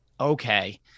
okay